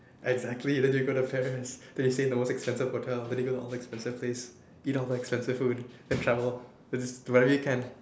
exactly then you go to Paris then you stay in the most expensive hotel then you go to all the expensive place and eat all the expensive food and then you travel wherever you can